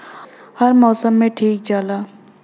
हर मउसम मे टीक जाला